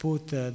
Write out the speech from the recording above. put